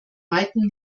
weitem